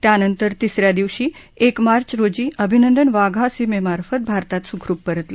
त्यानंतर तिसऱ्या दिवशी एक मार्च रोजी अभिनंदन वाघा सीमेमार्फत भारतात सुखरुप परतले